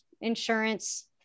insurance